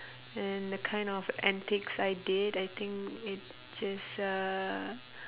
and the kind of antics I did I think it just uh